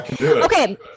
Okay